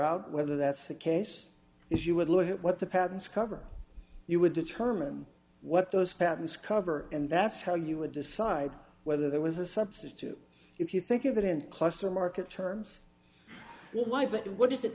out whether that's the case if you would look at what the patents cover you would determine what those patents cover and that's how you would decide whether there was a substitute if you think of it in closer market terms why but what does it